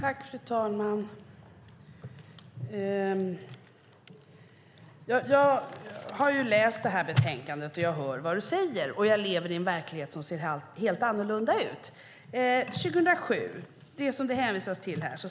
Fru talman! Jag har läst betänkandet, och jag hör vad du säger, Kajsa, och jag lever i en verklighet som ser helt annorlunda ut. Det hänvisas till ett regeringsuppdrag från 2007.